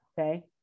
okay